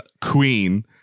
queen